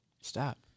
Stop